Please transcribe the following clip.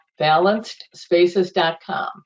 balancedspaces.com